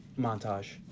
Montage